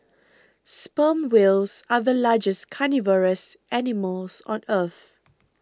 sperm whales are the largest carnivorous animals on earth